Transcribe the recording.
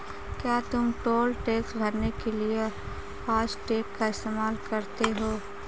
क्या तुम toll tax भरने के लिए फासटेग का इस्तेमाल करते हो?